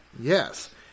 yes